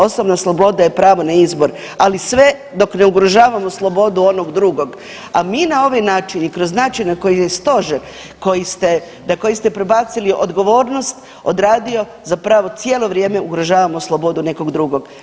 Osobna sloboda je pravo na izbor ali sve dok ne ugrožavamo slobodu onog drugog ali mi na ovaj način i kroz način na koji je stožer na koji ste prebacili odgovornost, odradio zapravo cijelo vrijeme ugrožavamo slobodu nekog drugog.